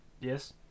Yes